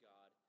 God